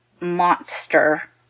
monster